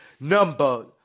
number